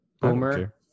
Boomer